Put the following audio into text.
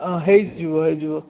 ହଁ ହେଇଯିବ ହେଇଯିବ